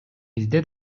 бизди